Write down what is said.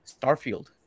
Starfield